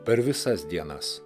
per visas dienas